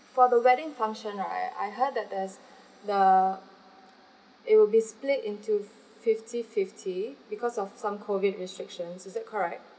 for the wedding function right I heard that there's the it will be split into fifty fifty because of some COVID restrictions is that correct